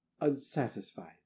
unsatisfied